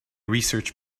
research